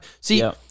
See